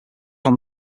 laid